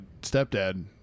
stepdad